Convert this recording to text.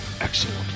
Excellent